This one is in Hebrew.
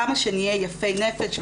כמה שנהיה יפי נפש והכל,